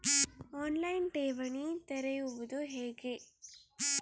On line ಠೇವಣಿ ತೆರೆಯುವುದು ಹೇಗೆ?